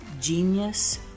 Genius